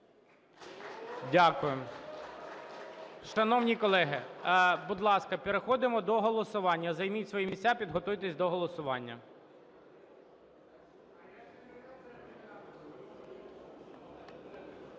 Дякую. Шановні колеги, будь ласка, переходимо до голосування, займіть свої місця, підготуйтеся до голосування.